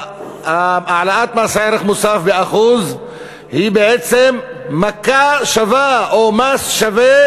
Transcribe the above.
העלאת מס ערך מוסף ב-1% היא בעצם מכה שווה או מס שווה,